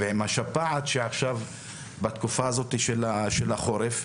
ועם השפעת בתקוה הזאת של החורף.